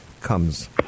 comes